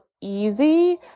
easy